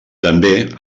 també